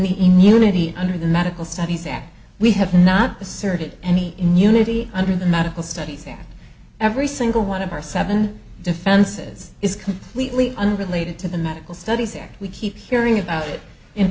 the immunity under the medical studies act we have not the circuit any immunity under the medical studies and every single one of our seven defenses is completely unrelated to the medical studies that we keep hearing about it